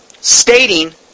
stating